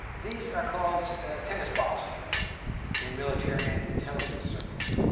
these are called tennis balls in military and intelligence circles.